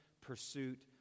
pursuit